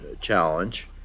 challenge